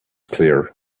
clear